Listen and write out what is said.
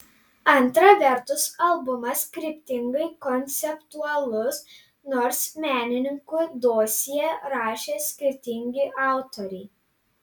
antra vertus albumas kryptingai konceptualus nors menininkų dosjė rašė skirtingi autoriai